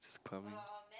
is clubbing